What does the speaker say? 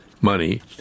money